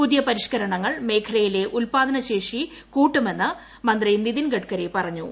പുതിയ പരിഷ്ക്കരണങ്ങൾ മേഖലയിലെ ഉത്പാദനശേഷി കൂട്ടുമെന്ന് മന്ത്രി നിതിൻ ഗഡ്കരി പറഞ്ഞു